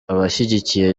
abashyigikiye